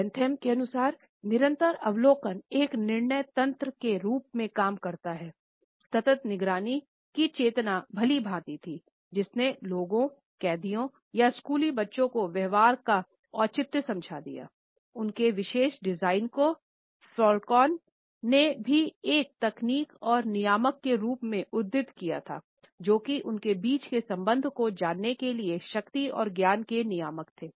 panopticon ने भी एक तकनीक और नियामक के रूप में उद्धृत किया था जो कि उनके बीच के संबंधों को जानने के लिए शक्ति और ज्ञान के नियामक थे